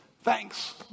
Thanks